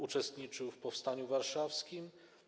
Uczestniczył w powstaniu warszawskim.